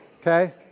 Okay